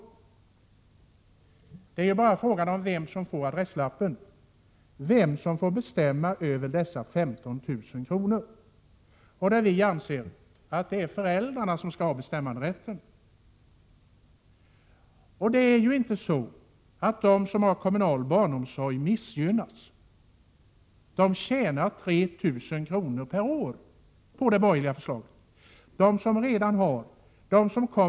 Skillnaden är bara vad det står på adresslappen, vem som får bestämma över dessa 15 000 kr. Vi anser att det är föräldrarna som skall ha bestämmanderätten. Det är ju inte så att de som har kommunal barnomsorg missgynnas — de som redan har och de som kommer att få kommunal barnomsorg tjänar 3 000 kr.